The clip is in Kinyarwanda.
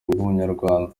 bw’umunyarwanda